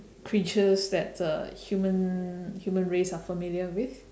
creatures that uh human human race are familiar with